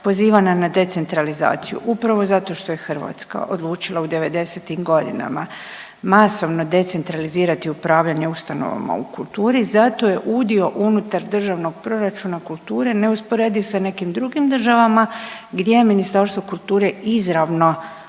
poziva na decentralizaciju. Upravo zato što je Hrvatska odlučila u 90-im godinama masovno decentralizirati upravljanje ustanovama u kulturi, zato je udio unutar državnog proračuna kulture neusporediv sa nekim drugim državama gdje Ministarstvo kulture izravno